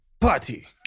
Party